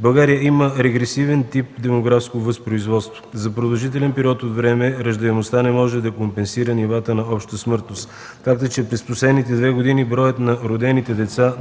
България има регресивен тип демографско възпроизводство. За продължителен период от време раждаемостта не може да компенсира нивата на обща смъртност. Факт е, че през последните две години броят на родените деца